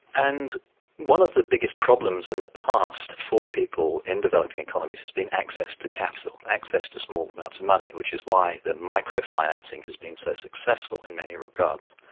and one of the biggest problems in the past for people in developing economies has been access to capital, access to small amounts of money, which is why the micro-financing has been so successful in many regards,